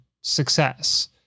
success